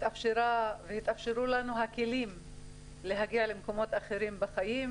הייתה לנו אפשרות להגיע למקומות אחרים בחיים,